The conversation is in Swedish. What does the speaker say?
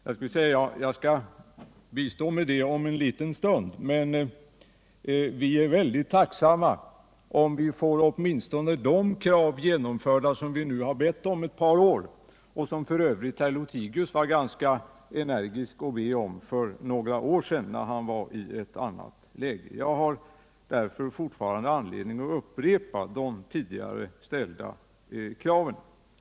Jag skall bistå med det om en liten stund, men vi skulle vara mycket tacksamma om vi fick åtminstone de krav genomförda som vi nu ställt ett par år och som herr Lothigius f. ö. framförde ganska energiskt för några år sedan när vi var i ett annat läge. Jag har därför fortfarande anledning att upprepa de tidigare ställda kraven.